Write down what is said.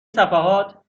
صفحات